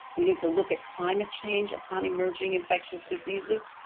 we need to look at climate change upon emerging infectious diseases.